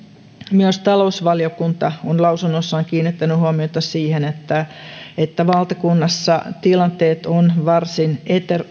myös talousvaliokunta on lausunnossaan kiinnittänyt huomiota siihen että että valtakunnassa tilanteet ovat varsin